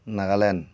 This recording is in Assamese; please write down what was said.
নাগালেণ্ড